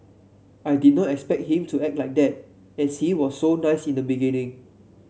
I didn't expect him to act like that as he was so nice in the beginning